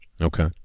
Okay